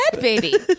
baby